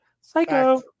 psycho